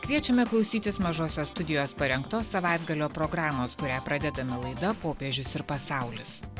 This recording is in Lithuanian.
kviečiame klausytis mažosios studijos parengtos savaitgalio programos kurią pradedame laida popiežius ir pasaulis